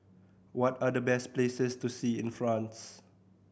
what are the best places to see in France